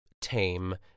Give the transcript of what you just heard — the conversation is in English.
tame